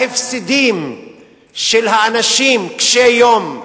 ההפסדים של האנשים קשי-היום,